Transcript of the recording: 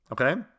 Okay